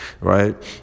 right